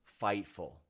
Fightful